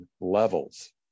levels